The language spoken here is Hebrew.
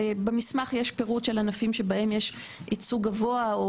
במסמך יש פירוט של ענפים שבהם יש ייצוג גבוה או